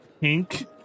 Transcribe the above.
pink